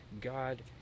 God